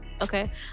okay